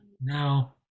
now